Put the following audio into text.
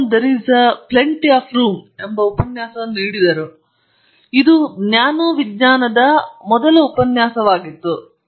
the ಬಾಟಮ್ನಲ್ಲಿ there is a plenty of room ಎಂಬ ಉಪನ್ಯಾಸವನ್ನು ನೀಡಲಾಯಿತು ಇದು ನ್ಯಾನೋ ವಿಜ್ಞಾನದ ಮೊದಲ ಉಪನ್ಯಾಸವಾಗಿತ್ತು